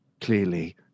Clearly